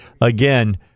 again